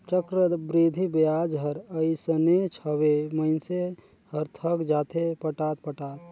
चक्रबृद्धि बियाज हर अइसनेच हवे, मइनसे हर थक जाथे पटात पटात